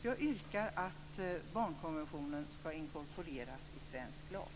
Jag yrkar att barnkonventionen skall inkorporeras i svensk lag.